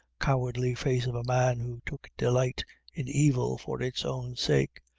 cowardly face of a man who took delight in evil for its own sake,